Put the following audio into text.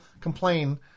complain